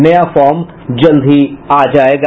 नया फार्म जल्द ही आ जायेगा